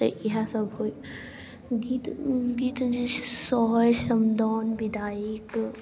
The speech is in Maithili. तऽ इएहसब गीत गीत जे छै से सोहर समदाउन विदाइके